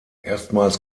erstmals